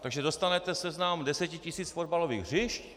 Takže dostanete seznam deseti tisíc fotbalových hřišť.